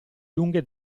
lunghe